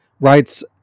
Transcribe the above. writes